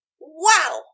Wow